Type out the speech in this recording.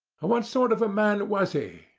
what sort of a man was he?